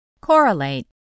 Correlate